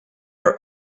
are